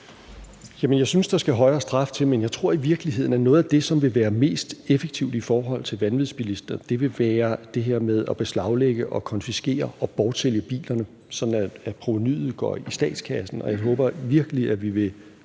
Jeg synes, at der skal højere straf til, men jeg tror i virkeligheden, at noget af det, som vil være mest effektivt i forhold til vanvidsbilister, vil være det her med at beslaglægge og konfiskere og bortsælge bilerne, sådan at provenuet går i statskassen. Og jeg håber virkelig, at vi vil